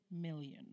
million